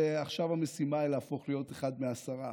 ועכשיו המשימה היא להפוך להיות אחד מ-10%.